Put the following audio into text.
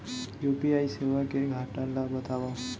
UPI सेवा के घाटा ल बतावव?